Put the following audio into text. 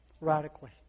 radically